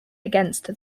against